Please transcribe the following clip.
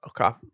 Okay